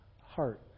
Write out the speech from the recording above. heart